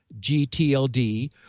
GTLD